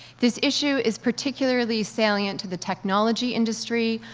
this issue is particularly salient to the technology industry,